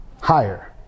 higher